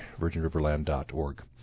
virginriverland.org